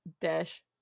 dash